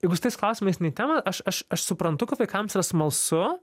jeigu su tais klausimais ne į temą aš aš aš suprantu kad vaikams smalsu